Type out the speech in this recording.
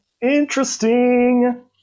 Interesting